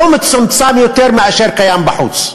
לא מצומצם יותר מזה שקיים בחוץ.